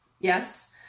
yes